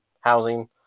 housing